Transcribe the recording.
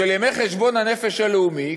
של ימי חשבון הנפש הלאומי,